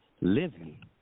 living